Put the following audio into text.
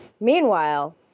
Meanwhile